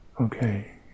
okay